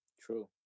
True